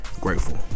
Grateful